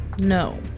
No